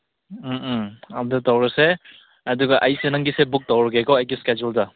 ꯎꯝ ꯎꯝ ꯑꯗꯨ ꯇꯧꯔꯁꯦ ꯑꯗꯨꯒ ꯑꯩꯁꯨ ꯅꯪꯒꯤ ꯁꯤꯠ ꯕꯨꯛ ꯇꯧꯔꯒꯦꯀꯣ ꯏꯁꯀꯦꯗꯨꯜꯗ